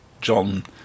John